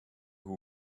who